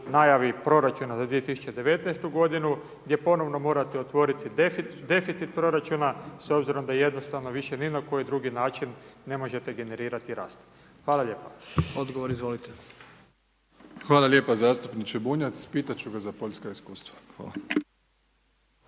najavi proračuna za 2019.godinu, gdje ponovno morate otvoriti deficit proračuna s obzirom da jednostavno više ni na koji drugi način ne možete generirati rast. Hvala lijepa. **Jandroković, Gordan (HDZ)** Odgovor, izvolite. **Plenković, Andrej (HDZ)** Hvala lijepa zastupniče Bunjac, pitat ću ga za Poljska iskustva. Hvala.